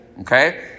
okay